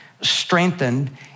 strengthened